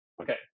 Okay